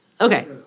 Okay